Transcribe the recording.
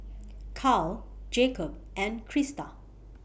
Carl Jakob and Crysta